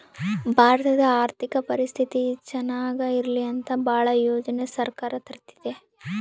ಭಾರತದ ಆರ್ಥಿಕ ಪರಿಸ್ಥಿತಿ ಚನಾಗ ಇರ್ಲಿ ಅಂತ ಭಾಳ ಯೋಜನೆ ಸರ್ಕಾರ ತರ್ತಿದೆ